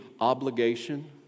obligation